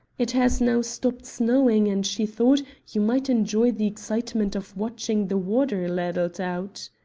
it has now stopped snowing and she thought you might enjoy the excitement of watching the water ladled out.